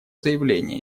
заявление